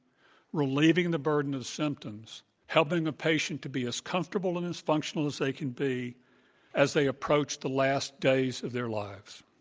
relieving the burden of symptoms, helping the patient to be as comfortable and as functional as they can be as they approach the last days of their lives.